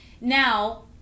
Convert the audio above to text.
Now